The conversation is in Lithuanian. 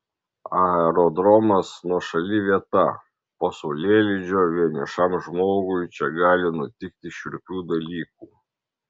aerodromas nuošali vieta po saulėlydžio vienišam žmogui čia gali nutikti šiurpių dalykų